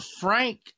Frank